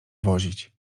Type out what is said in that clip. wozić